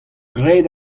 graet